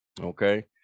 okay